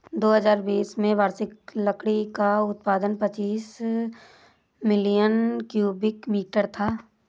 दो हजार बीस में वार्षिक लकड़ी का उत्पादन पचासी मिलियन क्यूबिक मीटर था